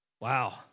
Wow